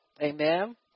amen